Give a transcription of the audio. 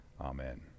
Amen